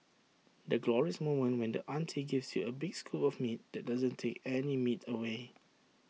the glorious moment when the auntie gives you A big scoop of meat that doesn't take any meat away